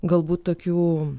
galbūt tokių